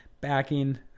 backing